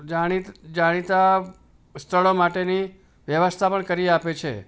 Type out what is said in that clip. જાણી જાણીતા સ્થળો માટેની વ્યવસ્થા પણ કરી આપે છે